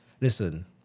listen